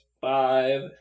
five